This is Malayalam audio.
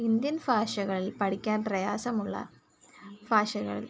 ഇന്ത്യൻ ഭാഷകളിൽ പഠിക്കാൻ പ്രയാസമുള്ള ഭാഷകൾ